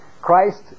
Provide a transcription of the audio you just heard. Christ